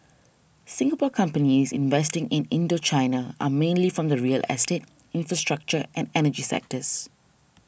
Singapore companies investing in Indochina are mainly from the real estate infrastructure and energy sectors